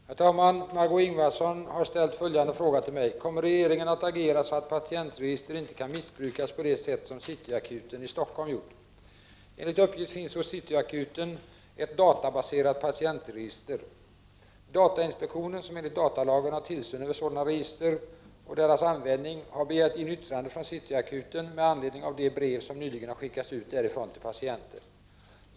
Herr talman! Margö Ingvardsson har ställt följande fråga till mig: Kommer regeringen att agera så, att patientregister inte kan missbrukas på det sätt som City Akuten i Stockholm gjort? Enligt uppgift finns hos City Akuten ett databaserat patientregister. Datainspektionen, som enligt datalagen har tillsyn över sådana register och deras användning, har begärt in yttrande från City Akuten med anledning av de brev som nyligen har skickats ut därifrån till patienter.